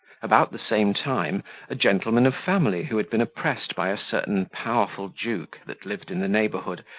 about the same time a gentleman of family, who had been oppressed by a certain powerful duke that lived in the neighbourhood,